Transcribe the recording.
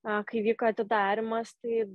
na kai vyko atidarymas tai